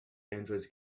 androids